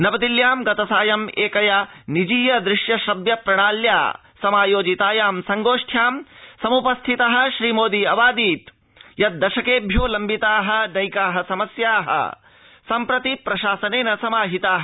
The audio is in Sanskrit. नवदिल्ल्यां गतसायम् एकया निजीय दृश्य श्रव्य प्रणाल्या समायोजितायां संगोष्ठ्यां संनिहितः श्री मोदी अवादीत् यत् दशकेभ्यो लम्बिताः नैकाः समस्याः सम्प्रति समाहिताः